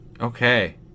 Okay